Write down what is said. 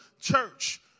church